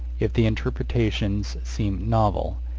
if the interpretations seem novel,